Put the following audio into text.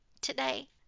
Today